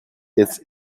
its